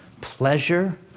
pleasure